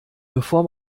bevor